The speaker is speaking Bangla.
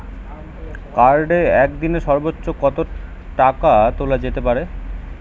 কার্ডে একদিনে সর্বোচ্চ কত টাকা তোলা যেতে পারে?